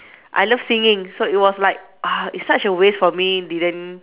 I love singing so it was like ah it's such a waste for me didn't